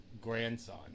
grandson